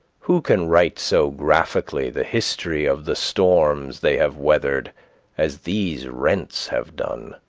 who can write so graphically the history of the storms they have weathered as these rents have done?